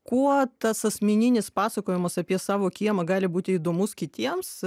kuo tas asmeninis pasakojimas apie savo kiemą gali būti įdomus kitiems